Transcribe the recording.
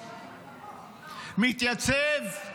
מתייצב,